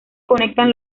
conectan